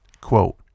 Quote